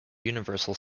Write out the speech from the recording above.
universal